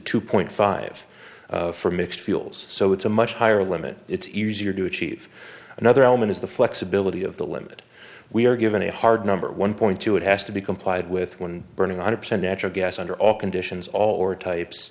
two point five for mixed fuels so it's a much higher limit it's easier to achieve another element is the flexibility of the limit we are given a hard number one point two it has to be complied with one burning one hundred percent natural gas under all conditions all or types